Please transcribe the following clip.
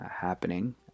happening